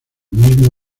mismo